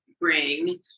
bring